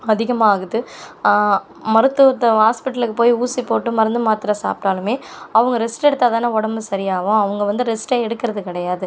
அதிகமாகுது மருத்துவத்தை ஹாஸ்பிட்டலுக்கு போய் ஊசி போட்டு மருந்து மாத்திரை சாப்பிட்டாலுமே அவங்க ரெஸ்ட் எடுத்தால் தானே உடம்பு சரியாகும் அவங்க வந்து ரெஸ்ட்டே எடுக்கிறது கிடையாது